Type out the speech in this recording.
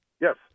Yes